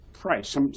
price